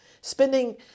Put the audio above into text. spending